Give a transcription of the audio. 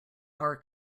our